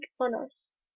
honors